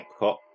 Epcot